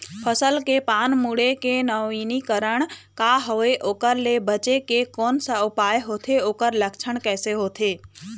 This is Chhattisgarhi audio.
फसल के पान मुड़े के नवीनीकरण का हवे ओकर ले बचे के कोन सा उपाय होथे ओकर लक्षण कैसे होथे?